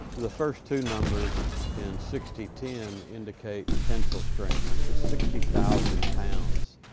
the first two numbers in sixty ten indicate tensile strength. it's sixty thousand pounds.